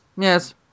Yes